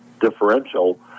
differential